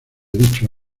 dicho